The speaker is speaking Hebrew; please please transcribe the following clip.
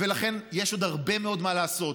ולכן יש עוד הרבה מאוד מה לעשות.